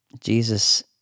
Jesus